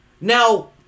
Now